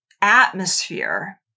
atmosphere